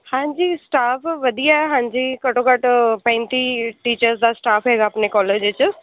ਹਾਂਜੀ ਸਟਾਫ ਵਧੀਆ ਹਾਂਜੀ ਘੱਟੋਂ ਘੱਟ ਪੈਂਤੀ ਟੀਚਰਸ ਦਾ ਸਟਾਫ ਹੈਗਾ ਆਪਣੇ ਕੋਲੇਜ 'ਚ